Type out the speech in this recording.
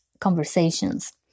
conversations